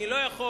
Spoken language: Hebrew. אני לא יכול,